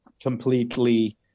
completely